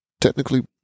technically